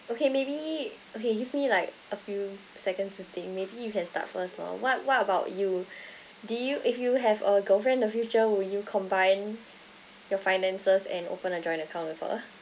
okay maybe okay give me like a few seconds to think maybe you can start first lor what what about you do you if you have a girlfriend in the future will you combine your finances and open a joint account with her